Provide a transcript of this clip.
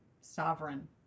Sovereign